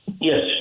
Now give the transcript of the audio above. Yes